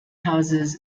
houses